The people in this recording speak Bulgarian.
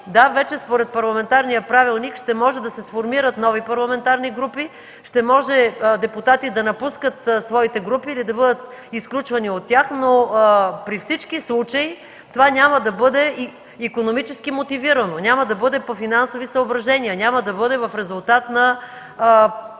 Да, според парламентарния правилник вече ще може да се сформират нови парламентарни групи, ще може депутати да напускат своите групи или да бъдат изключвани от тях, но при всички случаи това няма да бъде икономически мотивирано, няма да бъде по финансови съображения, няма да бъде в резултат на